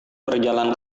berjalan